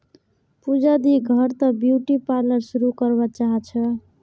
पूजा दी घर त ब्यूटी पार्लर शुरू करवा चाह छ